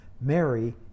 Mary